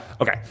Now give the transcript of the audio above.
Okay